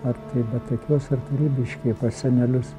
ar tai betakiuose ar tai ribišky pas senelius